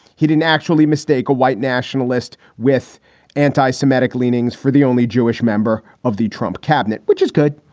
he didn't actually mistake a white nationalist with anti-semitic leanings for the only jewish member of the trump cabinet, which is good,